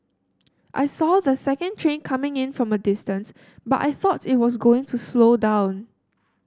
I saw the second train coming in from a distance but I thought it was going to slow down